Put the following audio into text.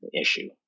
issue